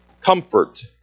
Comfort